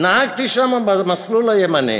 נהגתי שם במסלול הימני